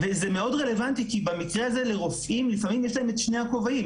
וזה מאוד רלוונטי כי במקרה הזה לרופאים לפעמים יש את שני הכובעים.